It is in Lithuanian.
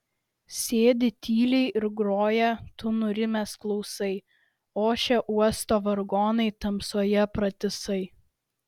sėdi tyliai ir groja tu nurimęs klausai ošia uosio vargonai tamsoje pratisai